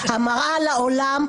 המראה לעולם,